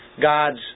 God's